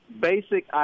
Basic